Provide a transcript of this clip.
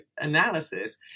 analysis